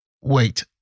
wait